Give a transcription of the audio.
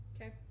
Okay